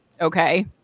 Okay